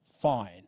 fine